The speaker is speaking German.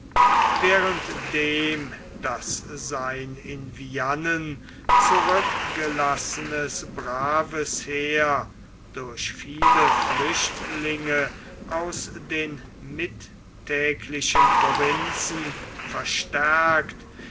während dem daß sein in viane zurückgelassenes braves heer durch viele flüchtlinge ans den mittäglichen provinzen verstärkt